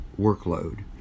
workload